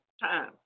time